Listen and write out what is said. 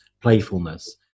playfulness